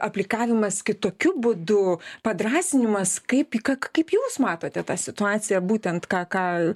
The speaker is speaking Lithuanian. aplikavimas kitokiu būdu padrąsinimas kaip į ką k kaip jūs matote tą situaciją būtent ką ką